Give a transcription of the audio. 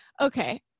okay